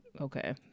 Okay